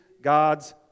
God's